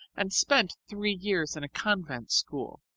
and spent three years in a convent school.